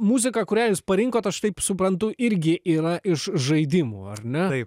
muzika kurią jūs parinkot aš taip suprantu irgi yra iš žaidimų ar ne